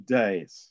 days